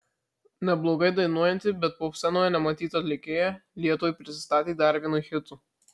neblogai dainuojanti bet popscenoje nematyta atlikėja lietuvai prisistatė dar vienu hitu